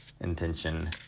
intention